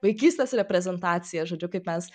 vaikystės reprezentacija žodžiu kaip mes